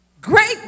great